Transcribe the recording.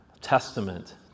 testament